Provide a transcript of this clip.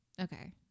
Okay